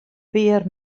pear